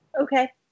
Okay